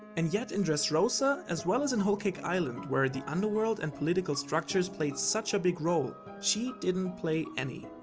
and yet in dressrosa as well as in whole cake island, where the underworld and political structures played such a big role, she didn't play any.